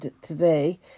today